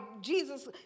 Jesus